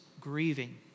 grieving